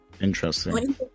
interesting